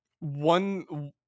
one